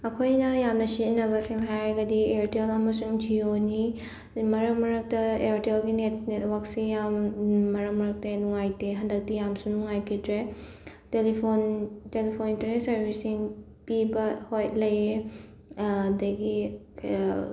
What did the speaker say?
ꯑꯈꯣꯏꯅ ꯌꯥꯝꯅ ꯁꯤꯖꯤꯟꯅꯕꯁꯤꯡ ꯍꯥꯏꯔꯒꯗꯤ ꯑꯌꯥꯔꯇꯦꯜ ꯑꯃꯁꯨꯡ ꯖꯤꯌꯣꯅꯤ ꯃꯔꯛ ꯃꯔꯛꯇ ꯑꯌꯥꯔꯇꯦꯜꯒꯤ ꯅꯦꯠ ꯅꯦꯠꯋꯥꯔꯛꯁꯦ ꯌꯥꯝ ꯃꯔꯛ ꯃꯔꯛꯇ ꯅꯨꯉꯥꯏꯇꯦ ꯍꯟꯗꯛꯇꯤ ꯌꯥꯝꯁꯨ ꯅꯨꯉꯥꯏꯈꯤꯗ꯭ꯔꯦ ꯇꯦꯂꯤꯐꯣꯟ ꯇꯦꯂꯤꯐꯣꯟ ꯏꯟꯇꯔꯅꯦꯠ ꯁꯥꯔꯕꯤꯁꯁꯤꯡ ꯄꯤꯕ ꯍꯣꯏ ꯂꯩꯌꯦ ꯑꯗꯒꯤ